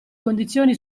condizioni